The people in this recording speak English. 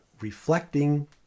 reflecting